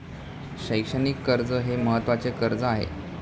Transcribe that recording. शैक्षणिक कर्ज हे महत्त्वाचे कर्ज आहे